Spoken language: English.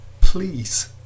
please